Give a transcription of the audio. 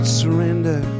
surrender